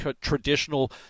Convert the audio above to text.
traditional